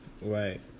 Right